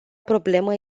problemă